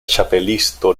ĉapelisto